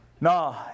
no